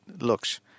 looks